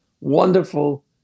Wonderful